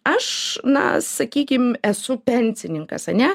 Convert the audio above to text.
aš na sakykim esu pensininkas ane